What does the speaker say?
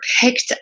picked